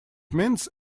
means